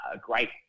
great